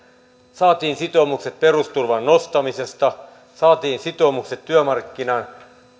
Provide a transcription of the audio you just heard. saatiin sitoumukset perusturvan nostamisesta saatiin sitoumukset työmarkkinatuen